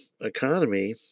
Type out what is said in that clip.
economy